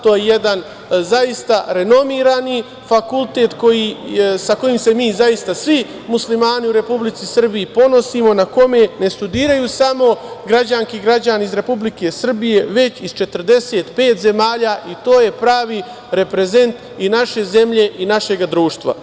To je jedan zaista renomirani fakultet sa kojim se mi zaista svi muslimani u Republici Srbiji ponosimo, na kome ne studiraju samo građani i građanke iz Republike Srbije, već iz 45 zemalja i to je pravi reprezent i naše zemlje i našega društva.